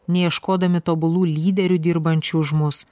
neieškodami tobulų lyderių dirbančių už mus